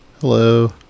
Hello